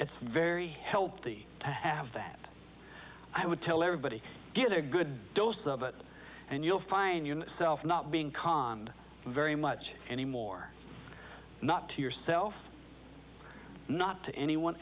it's very healthy to have that i would tell everybody get a good dose of it and you'll find your self not being calm and very much anymore not to yourself not to anyone